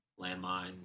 landmine